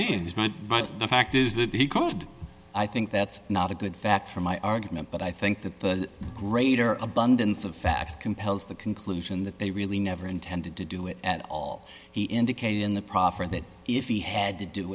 advice the fact is that he could i think that's not a good fact for my argument but i think that the greater abundance of facts compels the conclusion that they really never intended to do it at all he indicated in the proffer that if he had to do